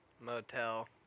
motel